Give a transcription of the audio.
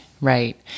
right